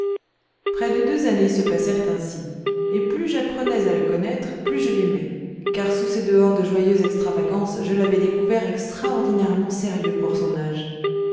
près de deux années se passèrent ainsi et plus j'apprenais à le connaître plus je l'aimais car sous ses dehors de joyeuse extravagance je l'avais découvert extraordinairement sérieux pour son âge